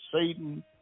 Satan